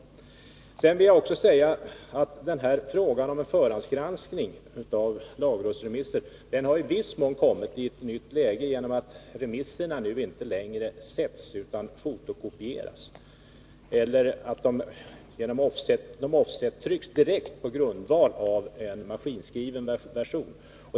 För det andra vill jag säga att frågan om förhandsgranskning av lagrådsremisser i viss mån har kommit i ett nytt läge genom att remisserna inte längre sätts utan fotokopieras eller offsettrycks direkt på grundval av en maskinskriven version.